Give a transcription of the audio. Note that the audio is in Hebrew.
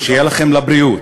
שיהיה לכם לבריאות,